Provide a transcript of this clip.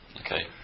okay